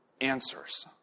answers